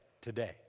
today